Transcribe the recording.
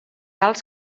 alts